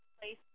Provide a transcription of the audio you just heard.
place